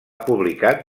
publicat